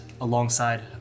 alongside